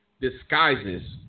disguises